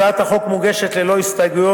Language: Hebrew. הצעת החוק מוגשת ללא הסתייגויות.